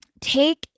take